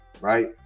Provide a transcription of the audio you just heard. right